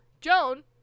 Joan